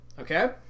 okay